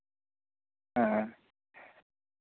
ᱦᱮᱸ